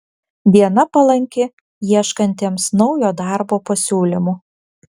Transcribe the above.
diena palanki ieškantiems naujo darbo pasiūlymų